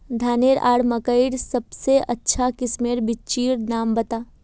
धानेर आर मकई सबसे अच्छा किस्मेर बिच्चिर नाम बता?